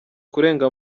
kurenga